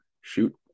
shoot